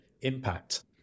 impact